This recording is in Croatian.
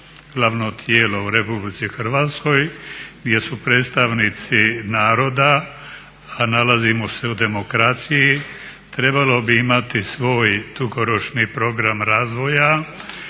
glavno tijelo u RH gdje su predstavnici naroda a nalazimo se u demokraciji, trebalo bi imati svoj dugoročni program razvoja